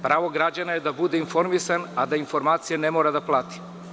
Pravo građana je da bude informisan, a da informacije ne mora da plati.